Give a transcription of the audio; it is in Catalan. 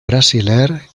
brasiler